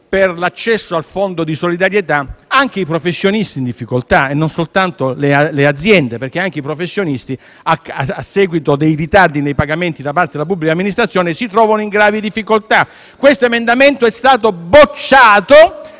nell'accesso al fondo di solidarietà anche i professionisti in difficoltà e non soltanto le aziende. Anch'essi, infatti, a seguito del ritardo nei pagamenti da parte della pubblica amministrazione, si trovano in gravi difficoltà. Detto emendamento è stato respinto,